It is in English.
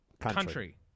country